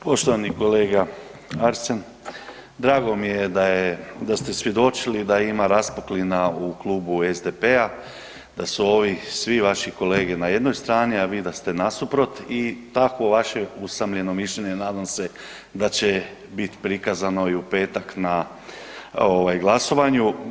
Poštovani kolega Arsen, drago mi je da je, da ste svjedočili da ima raspuklina u Klubu SDP-a, da su ovi svi vaši kolege na jednoj strani, a vi da ste nasuprot i takvo vaše usamljeno mišljenje nadam se da će bit prikazano i u petak na ovaj glasovanju.